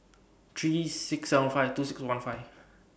three six seven five two six one five